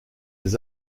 des